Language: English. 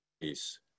peace